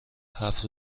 هفت